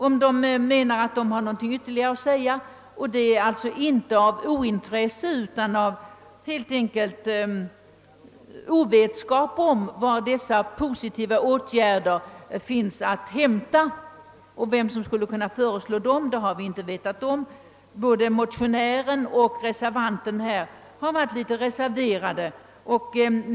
Att vi inte begärt in fler upplysningar beror alltså inte på bristande intresse, utan helt enkelt på okunnighet om var dessa positiva åtgärder finns att hämta och vem som skulle kunna föreslå dem; både motionären och reservanten har varit litet reserverade.